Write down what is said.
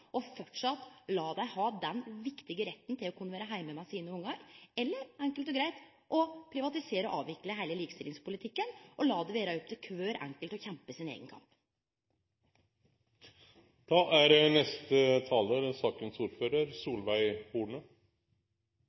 og framleis la dei ha den viktige retten til å kunne vere heime med ungane sine, eller enkelt og greit å privatisere og avvikle heile likestillingspolitikken og la det vere opp til kvar enkelt å kjempe sin